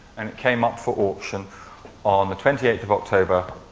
and it came up for auction on the twenty eighth of october,